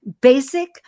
basic